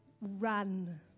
Run